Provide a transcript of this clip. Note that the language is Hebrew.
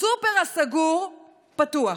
הסופר הסגור פתוח,